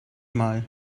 mal